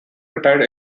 retired